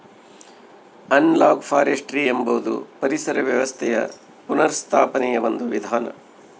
analogue forestry ಎಂಬುದು ಪರಿಸರ ವ್ಯವಸ್ಥೆಯ ಪುನಃಸ್ಥಾಪನೆಯ ಒಂದು ವಿಧಾನ